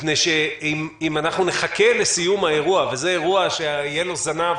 מפני שאם נחכה לסיום האירוע וזה אירוע שיהיה לו זנב